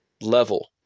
level